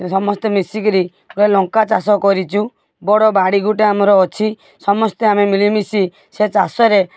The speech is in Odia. ସମସ୍ତେ ମିଶିକରି ଗୋଟେ ଲଙ୍କା ଚାଷ କରିଛୁ ବଡ଼ ବାଡ଼ି ଗୋଟେ ଆମର ଅଛି ସମସ୍ତେ ଆମେ ମିଳିମିଶି ସେ ଚାଷରେ